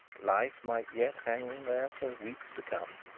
life might yet hang there for weeks to come.